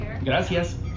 Gracias